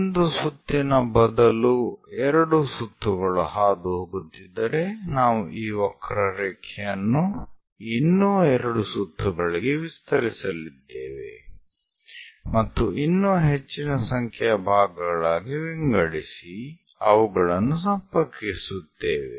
ಒಂದು ಸುತ್ತಿನ ಬದಲು ಎರಡು ಸುತ್ತುಗಳು ಹಾದುಹೋಗುತ್ತಿದ್ದರೆ ನಾವು ಈ ವಕ್ರರೇಖೆಯನ್ನು ಇನ್ನೂ ಎರಡು ಸುತ್ತುಗಳಿಗೆ ವಿಸ್ತರಿಸಲಿದ್ದೇವೆ ಮತ್ತು ಇನ್ನೂ ಹೆಚ್ಚಿನ ಸಂಖ್ಯೆಯ ಭಾಗಗಳಾಗಿ ವಿಂಗಡಿಸಿ ಅವುಗಳನ್ನು ಸಂಪರ್ಕಿಸುತ್ತೇವೆ